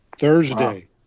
Thursday